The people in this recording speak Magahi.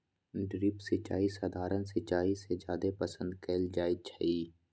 ड्रिप सिंचाई सधारण सिंचाई से जादे पसंद कएल जाई छई